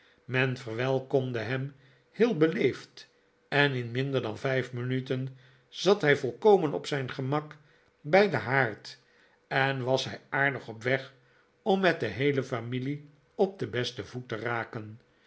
men verwelkomde hem heel beleefd en in minder dan vijf minuten zat hij volkomen op zijn gemak bij den haard en was hij aardig op weg om met de heele familie op den besten voet te raken